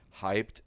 hyped